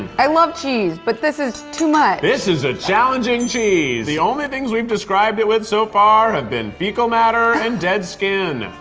i love cheese, but this is too much. this is a challenging cheese. the only things we've described it with so far have been fecal matter and dead skin.